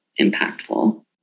impactful